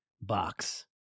box